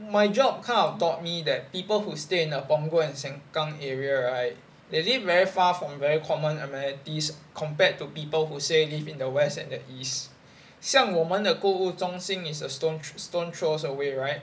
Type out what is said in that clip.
my job kao taught me that people who stay in a punggol and sengkang area right they live very far from very common amenities compared to people who say live in the west and the east 像我们的购物中心 is a stone stone throws away right